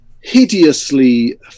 hideously